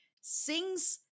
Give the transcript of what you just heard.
sings